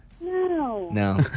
No